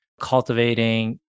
cultivating